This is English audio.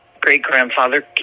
great-grandfather